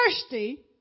thirsty